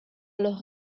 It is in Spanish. los